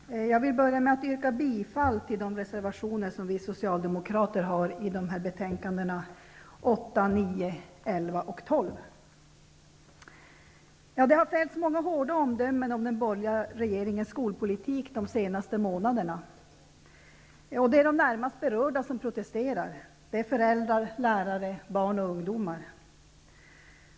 Fru talman! Jag vill börja med att yrka bifall till de reservationer som vi Socialdemokrater har i utbildningsutskottets betänkanden 8, 9, 11 och 12. Det har fällts många hårda omdömen om den borgerliga regeringens skolpolitik de senaste månaderna. Det är de närmast berörda som protesterar -- föräldrar, lärare, barn och ungdomar.